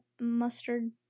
mustard